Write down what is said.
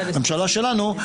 ממשלה שלנו.